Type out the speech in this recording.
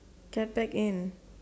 get back in